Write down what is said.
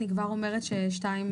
אני כבר אומרת שהסעיף השני,